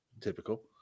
typical